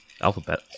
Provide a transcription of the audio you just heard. Alphabet